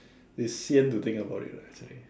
they say to think about it actually